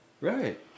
Right